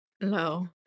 no